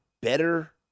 better